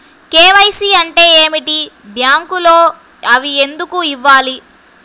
KYC అంటే ఏమిటి? బ్యాంకులో అవి ఎందుకు ఇవ్వాలి?